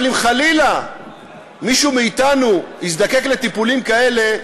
אבל אם חלילה מישהו מאתנו יזדקק לטיפולים כאלה,